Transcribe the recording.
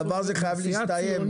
הדבר הזה חייב להסתיים.